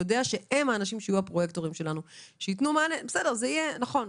ימנו את הפרויקטור ויתחילו לעבוד ולתת תשובות לאנשים.